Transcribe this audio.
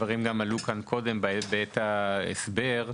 הדברים עלו כאן קודם בעת ההסבר,